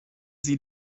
sie